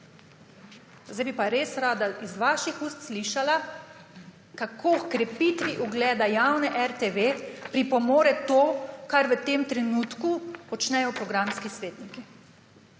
Zdaj bi pa res rada iz vaših ust slišala, kako h krepitvi ugleda javne RTV pripomore to, kar v tem trenutku počnejo programski svetniki.